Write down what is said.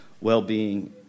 well-being